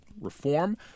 reform